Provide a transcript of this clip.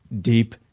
deep